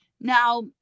Now